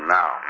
now